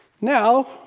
Now